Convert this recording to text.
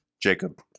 Jacob